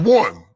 one